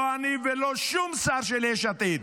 לא אני ולא שום שר של יש עתיד,